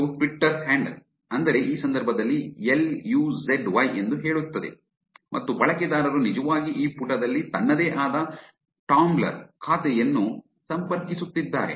ಇದು Twitter handle ಅಂದರೆ ಈ ಸಂದರ್ಭದಲ್ಲಿ ಎಲ್ ಯು ಝೆಡ್ ವೈ ಎಂದು ಹೇಳುತ್ತದೆ ಮತ್ತು ಬಳಕೆದಾರರು ನಿಜವಾಗಿ ಈ ಪುಟದಲ್ಲಿ ತನ್ನದೇ ಆದ ಟಾಂಬ್ಲ್ರ್ ಖಾತೆಯನ್ನು ಸಂಪರ್ಕಿಸುತ್ತಿದ್ದಾರೆ